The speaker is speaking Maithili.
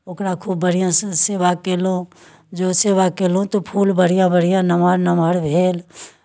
ओकरा खूब बढ़िआँसँ सेवा कयलहुँ जँ सेवा कयलहुँ तऽ फूल बढ़िआँ बढ़िआँ नम्हर नम्हर भेल